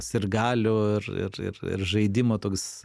sirgalių ir žaidimo toks